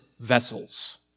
vessels